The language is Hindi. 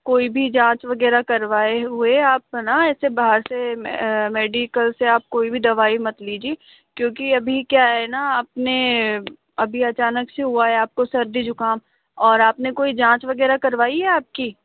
कोई भी जाँच वगैरह करवाए हुए आप है न ऐसे बहार से मेडिकल से कोई भी दवाई मत लीजिए क्योंकि अभी क्या है न आपने अभी अचानक से हुआ है आपको सर्दी जुकाम और आपने कोई जाँच वगैरह करवाई है आपकी